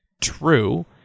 True